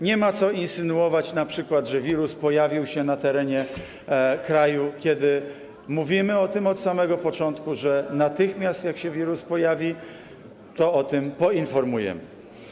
Nie ma co insynuować, że wirus pojawił się na terenie kraju, kiedy mówimy o tym od samego początku, że natychmiast, jak się wirus pojawi, o tym poinformujemy.